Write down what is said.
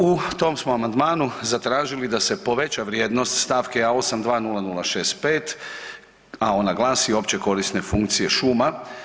U tom smo amandmanu zatražili da se poveća vrijednost stavke 820065 a ona glasi Opće korisne funkcije šuma.